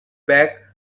back